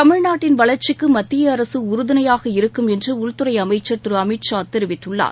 தமிழ்நாட்டின் வளர்ச்சிக்கு மத்திய அரசு உறுதுணையாக இருக்கும் என உள்துறை அமைச்சர் திரு அமித் ஷா கெரிவித்குள்ளார்